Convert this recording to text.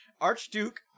Archduke